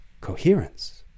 Coherence